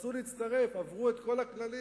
רצו להצטרף, עברו את כל הכללים.